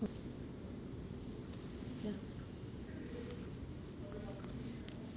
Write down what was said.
mm ya